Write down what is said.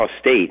State